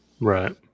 Right